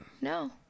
no